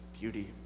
beauty